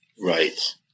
Right